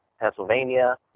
Pennsylvania